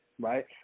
Right